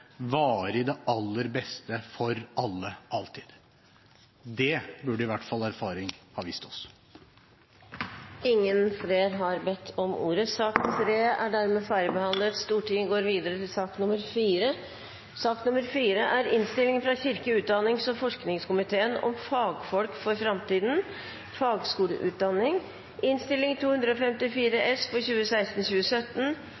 det aller beste for alle alltid. Det burde i hvert fall erfaring ha vist oss. Flere har ikke bedt om ordet til sak nr. 3. Etter ønske fra kirke-, utdannings- og forskningskomiteen vil presidenten foreslå at taletiden blir begrenset til 5 minutter til hver partigruppe og